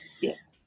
Yes